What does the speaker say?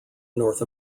north